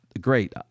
great